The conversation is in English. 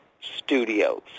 Studios